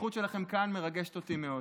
הנוכחות שלכם כאן מרגשת אותי מאוד.